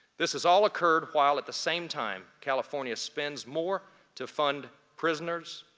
this has all occurred while at the same time california spends more to fund prisoners,